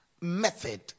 method